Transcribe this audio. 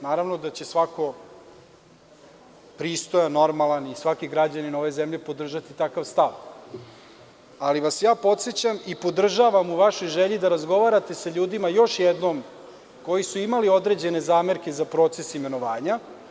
Naravno da će svako pristojan, normalan i svaki građanima ove zemlje podržati takav stav, ali podsećam vas i podržavam u vašoj želji da razgovarate sa ljudima još jednom koji su imali određene zamerke za proces imenovanja.